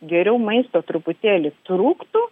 geriau maisto truputėlį trūktų